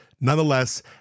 nonetheless